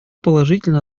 положительно